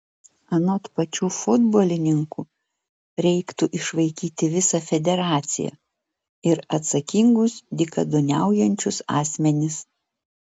anot pačių futbolininkų reiktų išvaikyti visą federaciją ir atsakingus dykaduoniaujančius asmenis